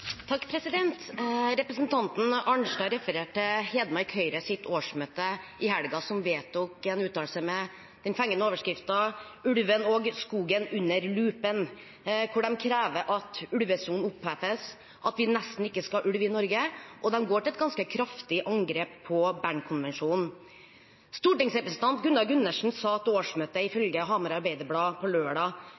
Representanten Arnstad refererte til Hedmark Høyres årsmøte i helgen, som vedtok en uttalelse med den fengende overskriften «Ulven og skogen under lupen», hvor de krever at ulvesonen oppheves, og at vi nesten ikke skal ha ulv i Norge, og de går til et ganske kraftig angrep på Bernkonvensjonen. Stortingsrepresentant Gunnar Gundersen sa to ting til årsmøtet, ifølge Hamar Arbeiderblad på lørdag.